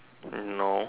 hello